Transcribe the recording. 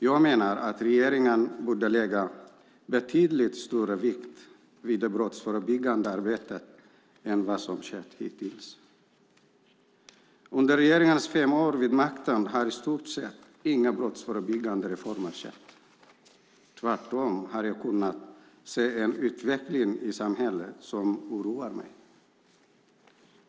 Jag menar att regeringen borde lägga betydligt större vikt vid det brottsförebyggande arbetet än vad som har skett hittills. Under regeringens fem år vid makten har i stort sett inga brottsförebyggande reformer skett. Tvärtom har jag kunnat se en utveckling i samhället som oroar mig.